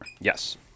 Yes